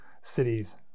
cities